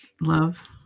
love